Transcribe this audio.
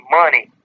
money